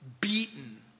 beaten